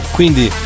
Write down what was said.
Quindi